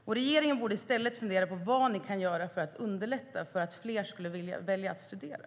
Ni i regeringen borde i stället fundera på vad ni kan göra för att underlätta för studenterna så att fler väljer att studera.